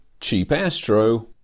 cheapastro